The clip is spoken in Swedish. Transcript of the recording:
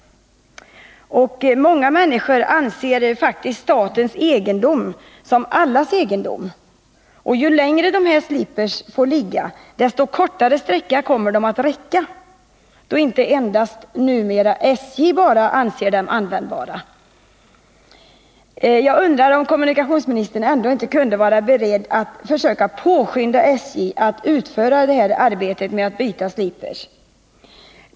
Många människor betraktar faktiskt statens egendom som allas egendom. Ju längre dessa sliprar får ligga, desto kortare sträcka kommer de att räcka, då numera inte endast SJ anser dem användbara. Jag undrar om kommunikationsministern är beredd att påskynda att SJ utför detta arbete med att byta sliprar.